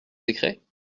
décret